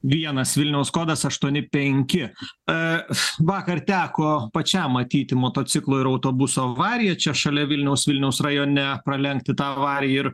vienas vilniaus kodas aštuoni penki aa vakar teko pačiam matyti motociklo ir autobuso avariją čia šalia vilniaus vilniaus rajone pralenkti tą avariją ir